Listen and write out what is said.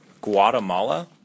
Guatemala